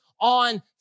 on